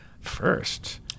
first